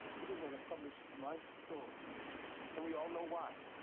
he didn't want to publish my story and we all know why.